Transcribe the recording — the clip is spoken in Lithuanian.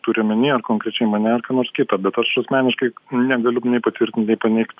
turi omeny ar konkrečiai mane ar ką nors kita bet aš asmeniškai negaliu nei patvirtint nei paneigt